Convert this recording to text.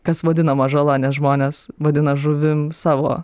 kas vadinama žala nes žmonės vadina žuvim savo